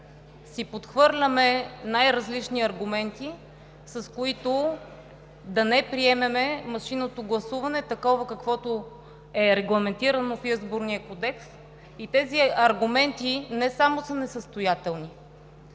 си подхвърляме най-различни аргументи, с които да не приемем машинното гласуване, такова каквото е регламентирано в Изборния кодекс. Тези аргументи не само са несъстоятелни,